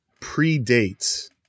predates